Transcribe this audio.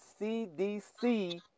CDC